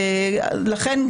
לכן,